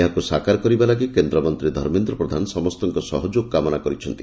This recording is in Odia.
ଏହାକୁ ସାକାର କରିବା ଲାଗି କେନ୍ଦ୍ରମନ୍ତୀ ଧର୍ମେନ୍ଦ୍ ପ୍ରଧାନ ସମସ୍ତଙ୍କ ସହଯୋଗ କାମନା କରିଛନ୍ତି